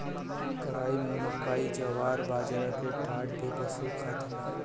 कराई, मकई, जवार, बजरा के डांठ भी पशु खात हवे